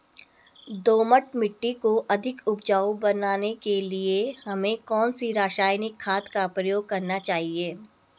दोमट मिट्टी को अधिक उपजाऊ बनाने के लिए हमें कौन सी रासायनिक खाद का प्रयोग करना चाहिए?